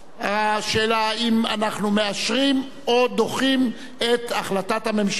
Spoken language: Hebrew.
השאלה האם אנחנו מאשרים או דוחים את החלטת הממשלה.